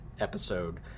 episode